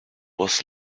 was